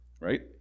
right